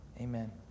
amen